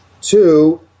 two